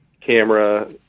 camera